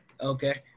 okay